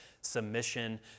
submission